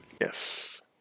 Yes